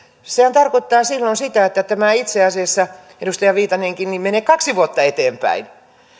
sehän tarkoittaa silloin sitä että tämä itse asiassa edustaja viitanenkin menee kaksi vuotta eteenpäin